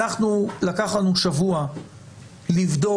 אנחנו לקח לנו שבוע לבדוק,